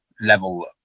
level